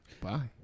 Bye